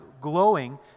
glowing